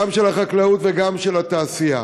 גם של החקלאות וגם של התעשייה.